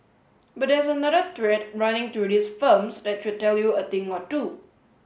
but there's another thread running through these firms that should tell you a thing or two